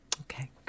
okay